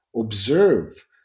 observe